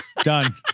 Done